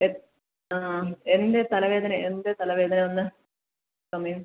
എത്ത് ആ എന്താണ് തലവേദന എന്താണ് തലവേദന വന്ന സമയം